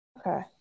Okay